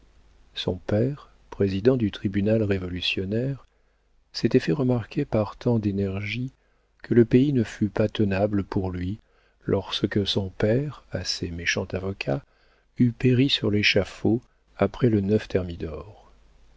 son père président du tribunal révolutionnaire s'était fait remarquer par tant d'énergie que le pays ne fut pas tenable pour lui lorsque son père assez méchant avocat eut péri sur l'échafaud après le